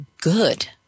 good